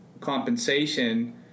compensation